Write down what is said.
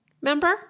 remember